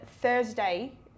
Thursday